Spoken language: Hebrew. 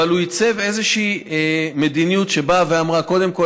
אבל הוא ייצב איזושהי מדיניות שבאה ואמרה: קודם כול,